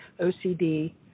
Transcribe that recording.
OCD